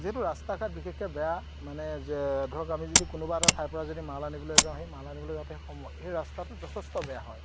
যিহেতু ৰাস্তা ঘাট বিশেষকৈ বেয়া মানে যে ধৰক আমি যদি কোনোবা এটা ঠাইৰ পৰা যদি মাল আনিবলৈ যাওঁ সেই মাল আনিবলৈ যাওঁতে সময় সেই ৰাস্তাটো যথেষ্ট বেয়া হয়